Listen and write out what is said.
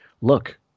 look